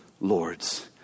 lords